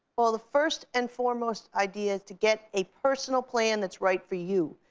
well, the first and foremost idea is to get a personal plan that's right for you.